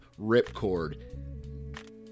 Ripcord